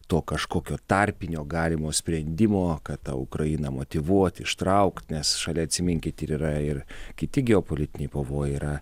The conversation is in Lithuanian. to kažkokio tarpinio galimo sprendimo kad tą ukrainą motyvuot ištraukt nes šalia atsiminkit ir yra ir kiti geopolitiniai pavojai yra